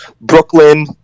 Brooklyn